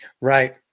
Right